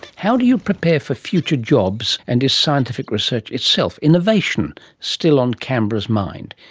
how do you prepare for future jobs, and is scientific research itself, innovation, still on canberra's mind?